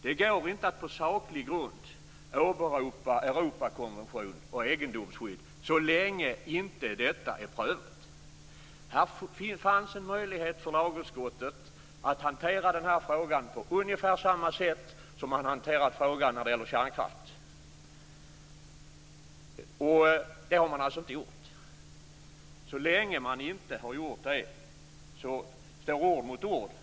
Det går inte att på saklig grund åberopa Europakonventionens egendomsskydd så länge detta inte är prövat. Det fanns en möjlighet för lagutskottet att hantera det här ärendet på ungefär samma sätt som den fråga som gällde kärnkraften, men det har man inte gjort. Så länge man inte har gjort det står ord mot ord.